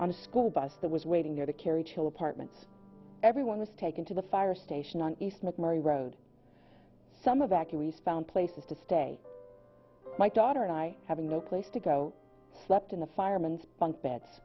on a school bus that was waiting there to carry chill apartments everyone was taken to the fire station on east mcmurry road some of activities found places to stay my daughter and i having no place to go slept in the fireman's bunk bed